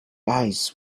eyes